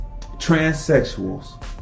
transsexuals